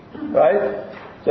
right